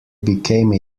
became